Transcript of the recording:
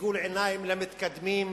גלגול עיניים למתקדמים,